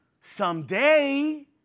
someday